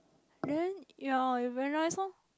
then ye you realise loh